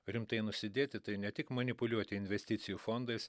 rimtai nusidėti tai ne tik manipuliuoti investicijų fondais